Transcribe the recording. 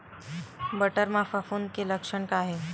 बटर म फफूंद के लक्षण का हे?